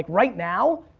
ah right now,